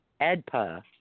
EDPA